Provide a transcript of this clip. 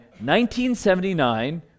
1979